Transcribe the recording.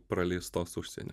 praleistos užsieny